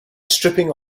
stripping